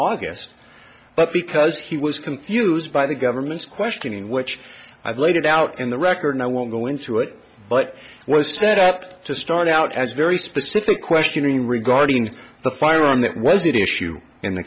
august but because he was confused by the government's questioning which i laid it out in the record i won't go into it but it was set up to start out as very specific question regarding the firearm that was it issue in the